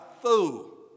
fool